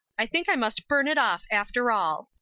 i think i must burn it off after all.